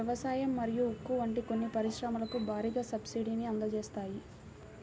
వ్యవసాయం మరియు ఉక్కు వంటి కొన్ని పరిశ్రమలకు భారీగా సబ్సిడీని అందజేస్తాయి